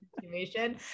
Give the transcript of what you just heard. situation